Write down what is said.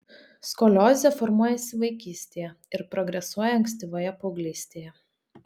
skoliozė formuojasi vaikystėje ir progresuoja ankstyvoje paauglystėje